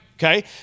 Okay